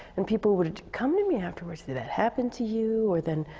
and people would come to me afterwards, did that happen to you? or, then,